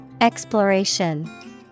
Exploration